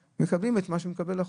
מקבלים את מה שקובע החוק.